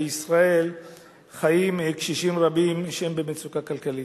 בישראל חיים קשישים רבים שהם במצוקה כלכלית.